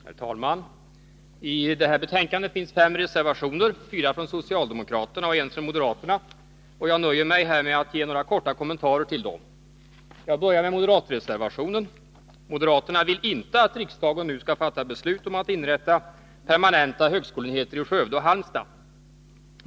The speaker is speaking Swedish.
Herr talman! Vid det här betänkandet finns fem reservationer, fyra från socialdemokraterna och en från moderaterna, och jag nöjer mig här med att ge några korta kommentarer till dem. Jag börjar med moderatreservationen. Moderaterna vill inte att riksdagen nu skall fatta beslut om att inrätta permanenta högskoleenheter i Skövde och Halmstad.